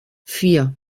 vier